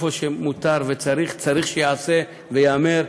במקום שמותר וצריך, צריך שייעשה וייאמר.